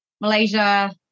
Malaysia